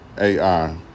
AI